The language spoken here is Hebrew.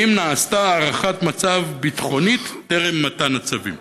האם נעשתה הערכת מצב ביטחונית טרם מתן הצווים?